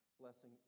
blessing